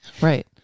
Right